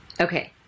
Okay